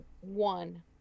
One